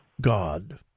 God